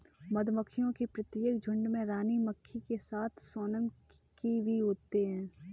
मधुमक्खियों के प्रत्येक झुंड में रानी मक्खी के साथ सोनम की भी होते हैं